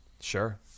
Sure